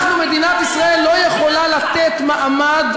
אנחנו מדינת ישראל לא יכולה לתת מעמד